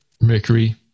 Mercury